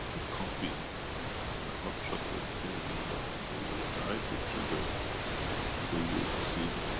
a coffee and a hot chocolate here in the middle of the day or a night would trigger for you to see.